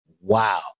wow